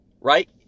right